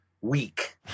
week